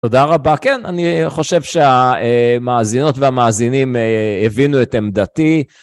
תודה רבה. כן, אני חושב שהמאזינות והמאזינים הבינו את עמדתי.